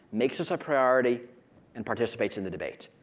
makes this a priority and participates in the debate.